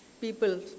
people